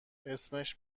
اسمش